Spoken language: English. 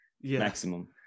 maximum